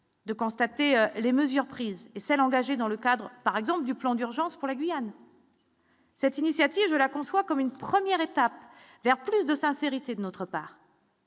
de constater les mesures prises et celles engagées dans le cadre par exemple du plan d'urgence pour la Guyane. Cette initiative, je la conçois comme une première étape vers plus de sincérité de notre part.